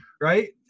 Right